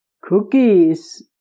cookies